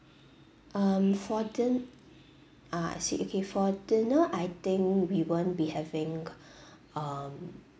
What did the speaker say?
um for din~ ah I see okay for dinner I think we won't be having um